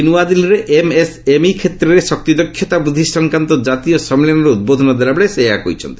ଆଜି ନୂଆଦିଲ୍ଲୀରେ ଏମ୍ଏସ୍ଏମ୍ଇ ଷେତ୍ରରେ ଶକ୍ତି ଦକ୍ଷତା ବୃଦ୍ଧି ସଂକ୍ରାନ୍ତ ଜାତୀୟ ସମ୍ମିଳନୀରେ ଉଦ୍ବୋଧନ ଦେଲାବେଳେ ସେ ଏହା କହିଛନ୍ତି